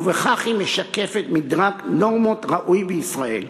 ובכך היא משקפת מדרג נורמות ראוי בישראל.